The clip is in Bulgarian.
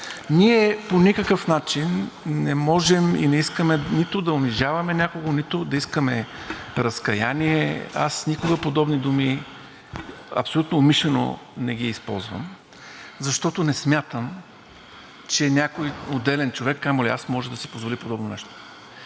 Ние по никакъв начин не можем и не искаме нито да унижаваме някого, нито да искаме разкаяние. Аз никога подобни думи абсолютно умишлено не ги използвам, защото не смятам, че някой отделен човек, камо ли аз, може да си позволи подобно нещо.